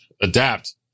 Adapt